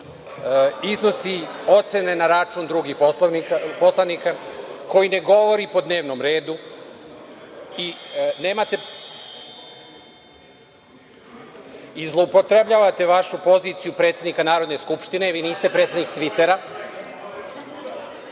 iznosi ocene na račun drugih poslanika koji ne govori po dnevnom redu i nemate i zloupotrebljavate vašu poziciju predsednika Narodne skupštine, jer vi niste predsednik Tvitera. Trebate